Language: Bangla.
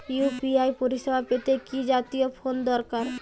ইউ.পি.আই পরিসেবা পেতে কি জাতীয় ফোন দরকার?